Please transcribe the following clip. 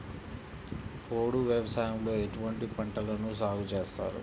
పోడు వ్యవసాయంలో ఎటువంటి పంటలను సాగుచేస్తారు?